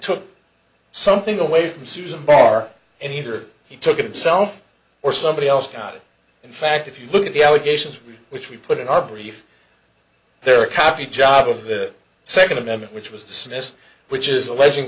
took something away from susan barr and either he took himself or somebody else caught it in fact if you look at the allegations which we put in our brief there are copy job of the second amendment which was dismissed which is alleging